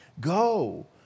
Go